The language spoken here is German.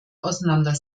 auseinander